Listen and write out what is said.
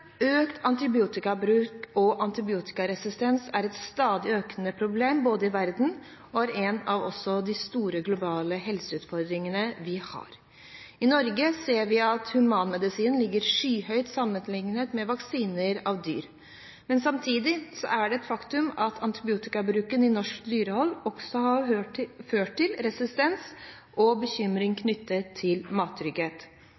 Økt antibiotikabruk og antibiotikaresistens er et stadig økende problem i verden og også en av de store globale helseutfordringene vi har. I Norge ser vi at humanmedisinen ligger på et skyhøyt nivå sammenlignet med medisinering av dyr. Samtidig er det et faktum at antibiotikabruken i norsk dyrehold også har ført til resistens og bekymring knyttet til mattrygghet.